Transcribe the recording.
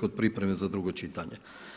kod pripreme za drugo čitanje.